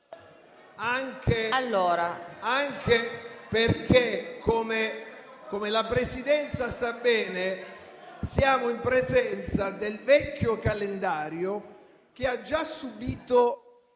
anche perché - come la Presidenza sa bene - siamo in presenza del vecchio calendario che ha già subito